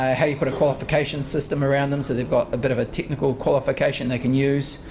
ah how you put a qualification system around them, so they've got a bit of a technical qualification they can use.